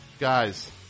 Guys